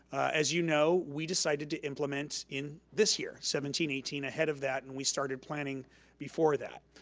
as you know, we decided to implement in this year. seventeen, eighteen, ahead of that and we started planning before that.